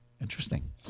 Interesting